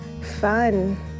fun